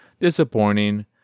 disappointing